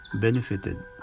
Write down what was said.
benefited